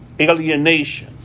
alienation